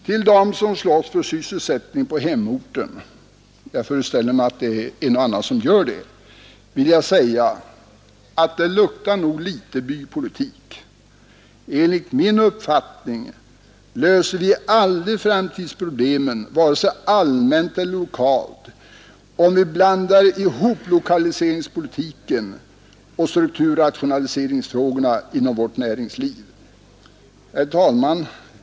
Till dem som slåss för sysselsättning på hemorten — jag föreställer mig att det är en och annan som gör det — vill jag säga att det luktar nog litet bypolitik. Enligt min uppfattning löser vi aldrig framtidsproblemen, vare sig allmänt eller lokalt, om vi blandar ihop lokaliseringspolitiken och strukturrationaliseringsfrågorna inom vårt näringsliv. Herr talman!